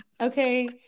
Okay